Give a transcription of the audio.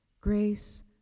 grace